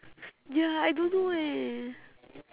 ya I don't know eh